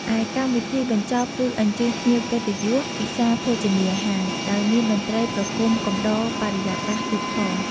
ឯកម្មវិធីបញ្ចប់គឺអញ្ជើញភ្ញៀវកិត្តិយសពិសារភោជនាហារ ដោយមានតន្ត្រីប្រគុំកំដរបរិយាកាសទៀតផង ។